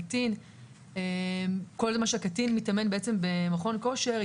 שכל זמן שהקטין מתאמן בעצם במכון כושר,